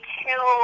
two